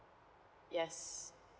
yes